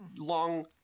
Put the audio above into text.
long